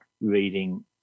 reading